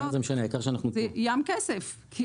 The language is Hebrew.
זה ים כסף.